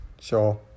Sure